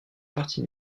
partie